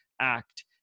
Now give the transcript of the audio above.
act